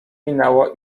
minęło